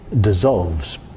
dissolves